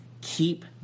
keep